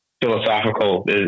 philosophical